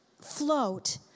Float